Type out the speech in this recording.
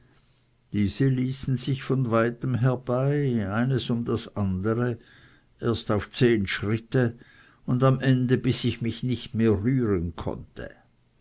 diese ließen sich von weitem herbei eins um das andere erst auf zehn schritte und am ende bis ich mich nicht mehr rühren konnte